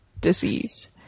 disease